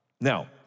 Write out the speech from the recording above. Now